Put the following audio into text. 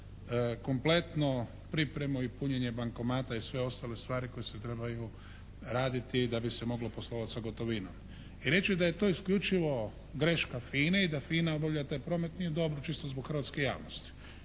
kompletnu pripremu i punjenje bankomata i sve ostale stvari koje se trebaju raditi da bi se moglo poslovati sa gotovinom. I reći da je to isključivo greška FINA-e i da FINA obavlja taj promet nije dobro čisto zbog hrvatske javnosti.